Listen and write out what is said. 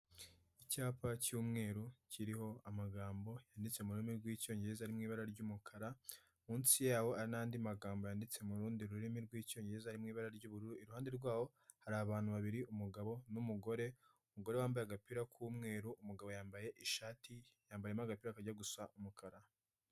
Icyapa cy'umweru kiriho amagambo yanditse mu rurimi rw'icyongereza ari mu ibara ry'umukara, munsi yawo hari n'andi magambo yanditse mu rundi rurimi rw'icyongereza mu ibara ry'ubururu, iruhande rwaho hari abantu babiri umugabo n'umugore, umugore wambaye agapira k'umweru, umugabo yambaye ishati yambayemo agapira kajya gusa umukara.